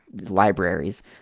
libraries